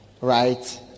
right